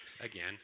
again